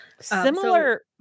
Similar